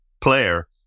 player